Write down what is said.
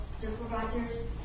supervisors